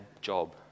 job